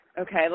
okay